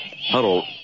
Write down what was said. huddle